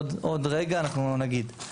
עוד רגע אנחנו נגיד.